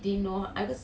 right